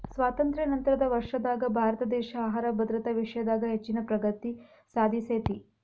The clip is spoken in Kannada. ಸ್ವಾತಂತ್ರ್ಯ ನಂತರದ ವರ್ಷದಾಗ ಭಾರತದೇಶ ಆಹಾರ ಭದ್ರತಾ ವಿಷಯದಾಗ ಹೆಚ್ಚಿನ ಪ್ರಗತಿ ಸಾಧಿಸೇತಿ